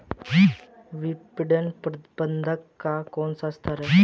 विपणन प्रबंधन का कौन सा स्तर है?